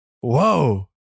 Whoa